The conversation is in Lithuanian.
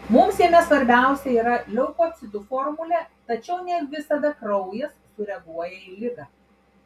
mums jame svarbiausia yra leukocitų formulė tačiau ne visada kraujas sureaguoja į ligą